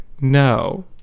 No